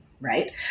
right